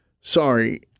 sorry